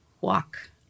Walk